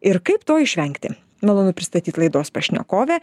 ir kaip to išvengti malonu pristatyt laidos pašnekovę